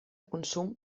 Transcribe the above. consum